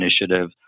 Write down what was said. Initiative